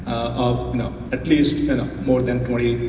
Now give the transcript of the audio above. ah you know at least kind of more than twenty